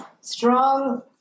strong